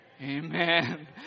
Amen